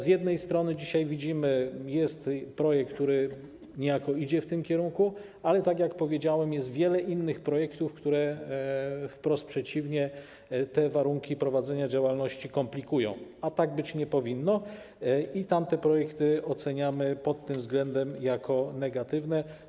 Z jednej strony dzisiaj widzimy, że jest projekt, który niejako idzie w tym kierunku, ale tak jak powiedziałem, jest wiele innych projektów, które wprost przeciwnie, te warunki prowadzenia działalności komplikują, a tak być nie powinno, i tamte projekty oceniamy pod tym względem jako negatywne.